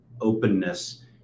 openness